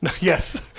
Yes